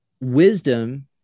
wisdom